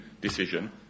decision